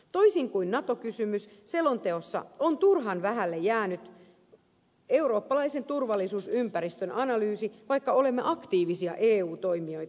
toisin kuin nato kysymys selonteossa on turhan vähälle jäänyt eurooppalaisen turvallisuusympäristön analyysi vaikka olemme aktiivisia eu toimijoita